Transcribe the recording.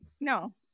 No